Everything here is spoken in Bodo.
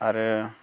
आरो